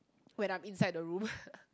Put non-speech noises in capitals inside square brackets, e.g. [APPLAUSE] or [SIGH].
when I'm inside the room [LAUGHS]